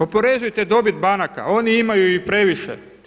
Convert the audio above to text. Oporezujte dobit banaka, oni imaju i previše.